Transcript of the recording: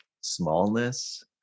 smallness